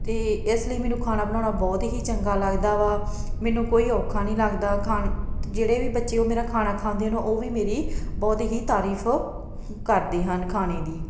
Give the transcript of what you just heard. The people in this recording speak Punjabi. ਅਤੇ ਇਸ ਲਈ ਮੈਨੂੰ ਖਾਣਾ ਬਣਾਉਣਾ ਬਹੁਤ ਹੀ ਚੰਗਾ ਲੱਗਦਾ ਵਾ ਮੈਨੂੰ ਕੋਈ ਔਖਾ ਨਹੀਂ ਲੱਗਦਾ ਖਾਣ ਜਿਹੜੇ ਵੀ ਬੱਚੇ ਉਹ ਮੇਰਾ ਖਾਣਾ ਖਾਂਦੇ ਹਨ ਉਹ ਵੀ ਮੇਰੀ ਬਹੁਤ ਹੀ ਤਾਰੀਫ ਕਰਦੇ ਹਨ ਖਾਣੇ ਦੀ